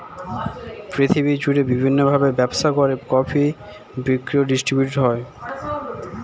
পৃথিবী জুড়ে বিভিন্ন ভাবে ব্যবসা করে কফি বিক্রি আর ডিস্ট্রিবিউট হয়